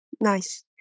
nice